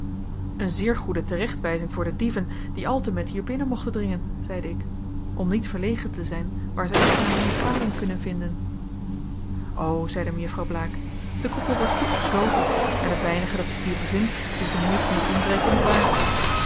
een zeer goede terechtwijzing voor de dieven die altemet hierbinnen mochten dringen zeide ik om niet verlegen te zijn waar zij iets naar hun gading kunnen vinden o zeide mejuffrouw blaek de koepel wordt goed gesloten en het weinige dat zich hier bevindt is de moeite van t inbreken niet waardig